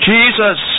Jesus